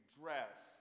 dress